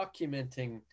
documenting